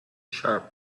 sharp